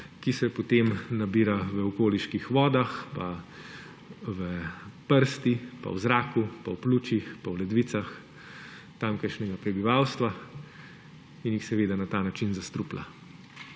ki se potem nabira v okoliških vodah, pa v prsti, v zraku, v pljučih, v ledvicah tamkajšnjega prebivalstva in jih seveda na ta način zastruplja.